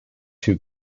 too